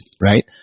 right